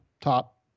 top